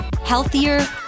healthier